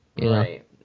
Right